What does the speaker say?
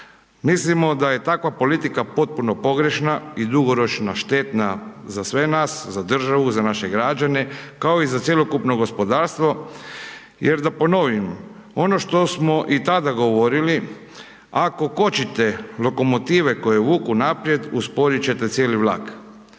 Mislimo da je takva politika potpuno pogrešna i dugoročno štetna za sve nas za državu za naše građane, kao i cjelokupno gospodarstvo, jer da ponovim, ono što smo i tada govorili, ako kočite lokomotive koje vuku naprijed, usporiti ćete cijeli vlak.